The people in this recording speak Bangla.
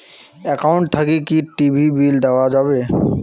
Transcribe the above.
একাউন্ট থাকি কি টি.ভি বিল দেওয়া যাবে?